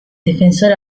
difensore